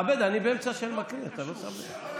תכבד, אני באמצע הקראה, אתה לא שם לב.